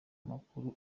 amakuru